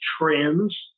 trends